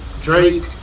Drake